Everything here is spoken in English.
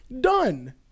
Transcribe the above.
Done